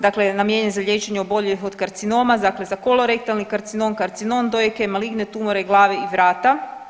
Dakle, namijenjen za liječenje oboljelih od karcinoma, dakle za kolor rektalni karcinom, karcinom dojke, maligne tumore glave i vrata.